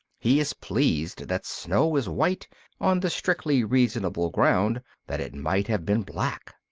he is pleased that snow is white on the strictly reasonable ground that it might have been black.